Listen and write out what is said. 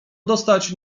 dostać